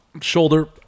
shoulder